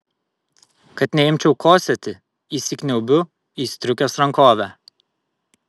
kad neimčiau kosėti įsikniaubiu į striukės rankovę